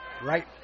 Right